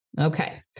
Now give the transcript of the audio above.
Okay